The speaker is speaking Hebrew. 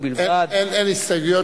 תודה רבה,